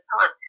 time